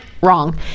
wrong